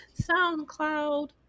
soundcloud